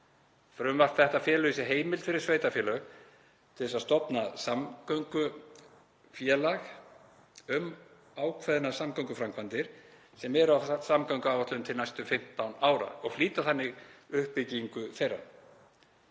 Frumvarp þetta felur í sér heimild fyrir sveitarfélög til þess að stofna samgöngufélög um ákveðnar samgönguframkvæmdir sem eru á samgönguáætlun til næstu 15 ára og flýta þannig uppbyggingu þeirra.